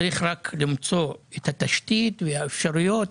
צריך רק למצוא את התשתית ואת האפשרויות